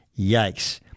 Yikes